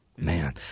Man